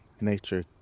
nature